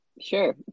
Sure